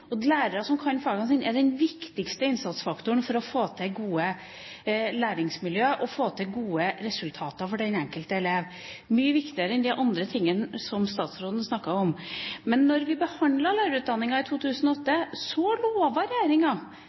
Og lærere som kan fagene sine, er den viktigste innsatsfaktoren for å få til gode læringsmiljøer og for å få til gode resultater for den enkelte elev – mye viktigere enn det andre som statsråden snakket om. Da vi behandlet lærerutdanningen i 2008, lovte regjeringa